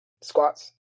squats